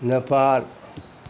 Nepal